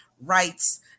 Rights